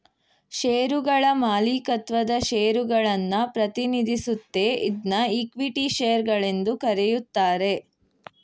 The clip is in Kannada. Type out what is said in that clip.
ಶೇರುಗಳ ಮಾಲೀಕತ್ವದ ಷೇರುಗಳನ್ನ ಪ್ರತಿನಿಧಿಸುತ್ತೆ ಇದ್ನಾ ಇಕ್ವಿಟಿ ಶೇರು ಗಳೆಂದು ಕರೆಯುತ್ತಾರೆ